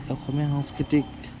অসমীয়া সংস্কৃতিক